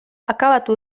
akabatu